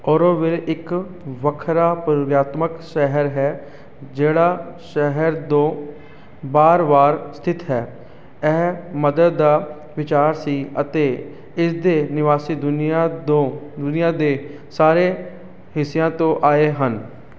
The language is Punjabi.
ਔਰੋਵਿੱਲ ਇੱਕ ਵੱਖਰਾ ਪ੍ਰਯੋਗਾਤਮਕ ਸ਼ਹਿਰ ਹੈ ਜਿਹੜਾ ਸ਼ਹਿਰ ਦੇ ਬਾਹਰ ਬਾਹਰ ਸਥਿਤ ਹੈ ਇਹ ਮਦਰ ਦਾ ਵਿਚਾਰ ਸੀ ਅਤੇ ਇਸਦੇ ਨਿਵਾਸੀ ਦੁਨੀਆ ਦੋ ਦੁਨੀਆ ਦੇ ਸਾਰੇ ਹਿੱਸਿਆਂ ਤੋਂ ਆਏ ਹਨ